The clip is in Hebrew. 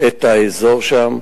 את האזור שם.